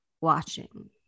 watching